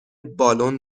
بالن